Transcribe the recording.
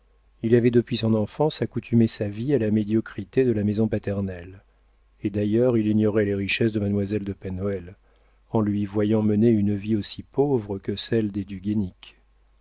il avait depuis son enfance accoutumé sa vie à la médiocrité de la maison paternelle et d'ailleurs il ignorait les richesses de mademoiselle de pen hoël en lui voyant mener une vie aussi pauvre que celle des